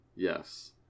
Yes